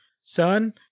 son